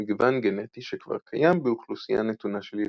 מגוון גנטי שכבר קיים באוכלוסייה נתונה של יצורים.